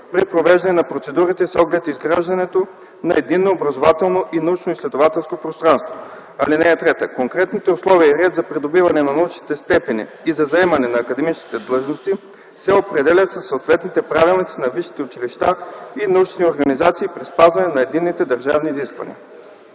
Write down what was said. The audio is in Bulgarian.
при провеждане на процедурите, с оглед изграждането на единно образователно и научноизследователско пространство. (3) Конкретните условия и ред за придобиване на научни степени и за заемане на академични длъжности се определят със съответните правилници на висшите училища и научните организации при спазване на единните държавни изисквания.”